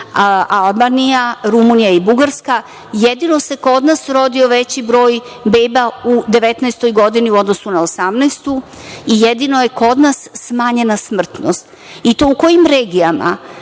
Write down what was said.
Albanija, Rumunija i Bugarska, jedino se kod nas rodio veći broj beba u 2019. godini, u odnosu na 2018. godinu i jedino je kod nas smanjena smrtnost i to u kojim regijama?